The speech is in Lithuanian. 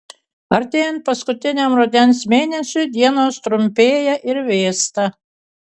artėjant paskutiniam rudens mėnesiui dienos trumpėja ir vėsta